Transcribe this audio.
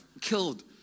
killed